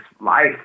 life